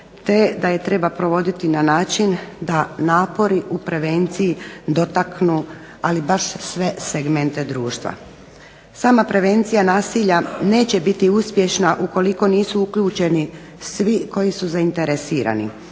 te da je treba provoditi na način da napori u prevenciji dotaknu ali baš sve segmente društva. Sama prevencija nasilja neće biti uspješna ukoliko nisu uključeni svi koji su zainteresirani.